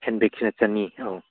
ꯍꯦꯟꯕꯦꯛꯁꯤꯅ ꯆꯥꯅꯤ ꯑꯧ